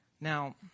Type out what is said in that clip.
Now